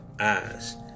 Eyes